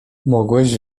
mogłeś